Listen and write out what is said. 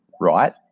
right